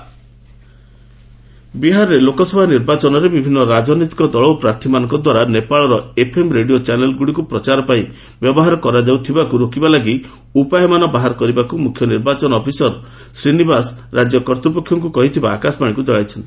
Bihar Nepal FM radio ବିହାରରେ ଲୋକସଭା ନିର୍ବାଚନରେ ବିଭିନ୍ନ ରାଜନୈତିକ ଦଳ ଓ ପ୍ରାର୍ଥୀମାନଙ୍କ ଦ୍ୱାରା ନେପାଳର ଏଫ୍ଏମ୍ ରେଡିଓ ଚାନେଲ୍ଗୁଡ଼ିକୁ ପ୍ରଚାର ପାଇଁ ବ୍ୟବହାର କରାଯାଉଥିବାକୁ ରୋକିବା ଲାଗି ଉପାୟମାନ ବାହାର କରିବାକୁ ମୁଖ୍ୟ ନିର୍ବାଚନ ଅଫିସର ଶ୍ରୀନିବାସ ରାଜ୍ୟ କର୍ତ୍ତୃପକ୍ଷଙ୍କୁ କହିଥିବାର ଆକାଶବାଣୀକୁ ଜଣାଇଛନ୍ତି